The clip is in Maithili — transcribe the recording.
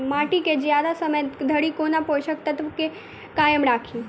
माटि केँ जियादा समय धरि कोना पोसक तत्वक केँ कायम राखि?